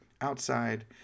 outside